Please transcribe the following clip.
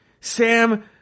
Sam